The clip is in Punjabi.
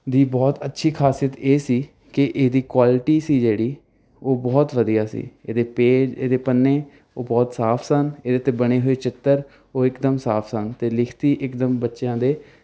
ਦੀ ਬਹੁਤ ਅੱਛੀ ਖ਼ਾਸੀਅਤ ਇਹ ਸੀ ਕਿ ਇਹਦੀ ਕੁਆਲਿਟੀ ਸੀ ਜਿਹੜੀ ਉਹ ਬਹੁਤ ਵਧੀਆ ਸੀ ਇਹਦੇ ਪੇਜ ਇਹਦੇ ਪੰਨੇ ਉਹ ਬਹੁਤ ਸਾਫ਼ ਸਨ ਇਹਦੇ 'ਤੇ ਬਣੇ ਹੋਏ ਚਿੱਤਰ ਉਹ ਇਕਦਮ ਸਾਫ਼ ਸਨ ਅਤੇ ਲਿਖਤੀ ਇਕਦਮ ਬੱਚਿਆਂ ਦੇ